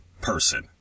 person